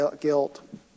guilt